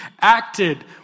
acted